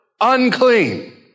unclean